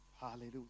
Hallelujah